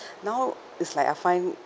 now it's like I find